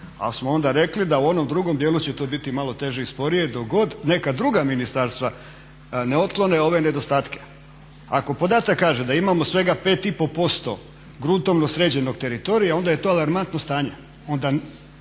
Ali smo onda rekli da u onom drugom dijelu će to biti malo teže i sporije dok god neka druga ministarstva ne otklone ove nedostatke. Ako podatak kaže da imamo svega 5,5% gruntovno sređenog teritorija onda je alarmantno stanje,